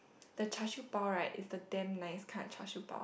the char siew bao right is the damn nice kind of char siew bao